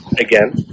again